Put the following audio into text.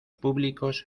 públicos